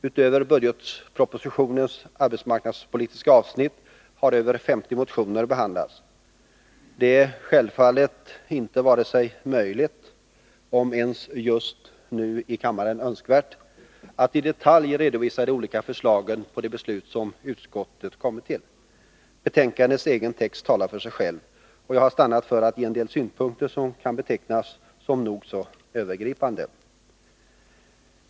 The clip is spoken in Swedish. Utöver budgetpropositionens arbetsmarknadspolitiska avsnitt har över 50 motioner behandlats. Det är självfallet inte möjligt, om ens just nu önskvärt i kammaren, att i detalj redovisa de olika förslag till beslut som utskottet har kommit fram till. Betänkandets egen text talar för sig själv, och jag har stannat för att ge en del synpunkter, som kan betecknas som nog så övergripande.